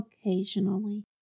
occasionally